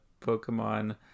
pokemon